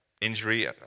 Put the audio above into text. injury